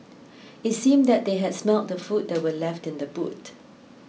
it seemed that they had smelt the food that were left in the boot